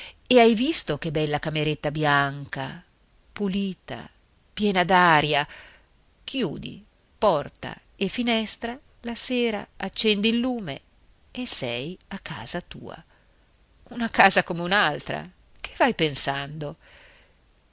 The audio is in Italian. e hai visto che bella cameretta bianca pulita piena d'aria chiudi porta e finestra la sera accendi il lume e sei a casa tua una casa come un'altra che vai pensando